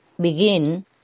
begin